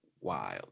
wild